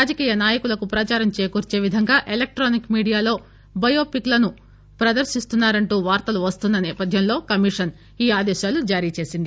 రాజకీయ నాయకులకు ప్రచారం చేకూర్చేవిధంగా ఎలక్షానిక్ మీడియాలో బయో పిక్ లను ప్రదర్శిస్తున్నారంటూ వార్తలు వస్తున్న నేపథ్యంలో కమిషన్ ఈ ఆదేశాలను జారీచేసింది